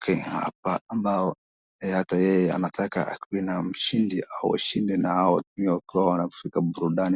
Kenya hapa, ambayo hata yeye anataka akuwe n mahindi, washinde na hao wakiwa wanafika burudani.